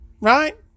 Right